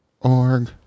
Org